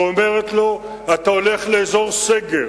ואומרת לו: אתה הולך לאזור סגר,